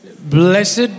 Blessed